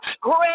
Great